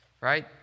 Right